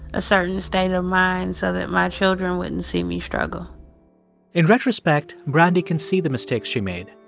a certain state of mind so that my children wouldn't see me struggle in retrospect, brandy can see the mistakes she made.